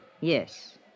Yes